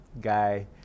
guy